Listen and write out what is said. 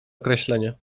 określenie